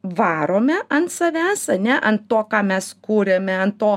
varome ant savęs ane ant to ką mes kuriame ant to